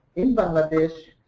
in bangladesh.